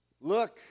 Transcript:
Look